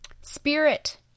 Spirit